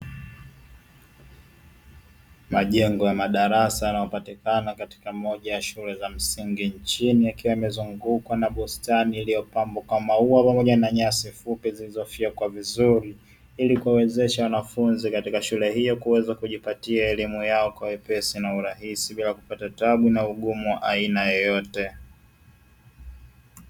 Majengo ya madarasa yanayopatikana katika moja ya shule za msingi, chini yakiwa yamezungukwa na bustani iliyopambwa kwa maua pamoja na nyasi fupi, zilizofyekwa vizuri ili kuwawezesha wanafunzi katika shule hiyo kuweza kujipatia elimu yao kwa wepesi na urahisi bila kupata tabu na ugumu wa aina yoyote.